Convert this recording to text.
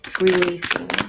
releasing